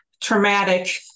traumatic